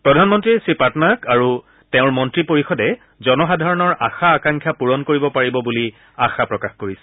প্ৰধানমন্ত্ৰীয়ে শ্ৰীপাটনায়ক আৰু তেওঁৰ মন্ত্ৰী পৰিষদে জনসাধাৰণৰ আশা আকাংক্ষা পুৰণ কৰিব পাৰিব বুলি আশা প্ৰকাশ কৰিছে